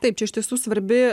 taip čia iš tiesų svarbi